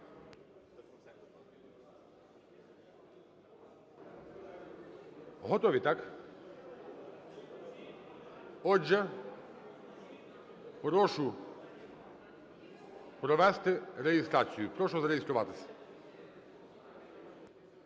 Готові так? Отже прошу провести реєстрацію. Прошу зареєструватись.